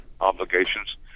obligations